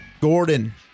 Gordon